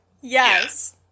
yes